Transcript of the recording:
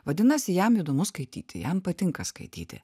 vadinasi jam įdomu skaityti jam patinka skaityti